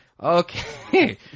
Okay